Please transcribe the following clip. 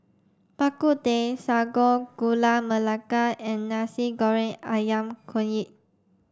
Bak Kut Teh Sago Gula Melaka and Nasi Goreng Ayam Kunyit